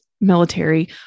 military